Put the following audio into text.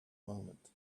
moment